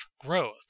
growth